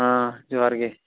ᱦᱟᱸ ᱡᱚᱦᱟᱨ ᱜᱮ